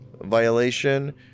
violation